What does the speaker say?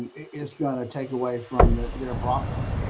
it's going to take away from their profits.